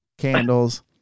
candles